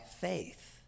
faith